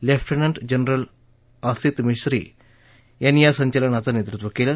lieutenant general Asit Mistry यांनी या संचलनाचं नेतृत्व केलं